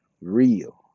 real